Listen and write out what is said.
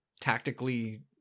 tactically